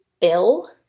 bill